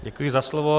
Děkuji za slovo.